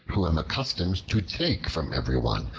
who am accustomed to take from everyone,